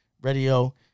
Radio